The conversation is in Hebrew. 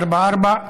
1044,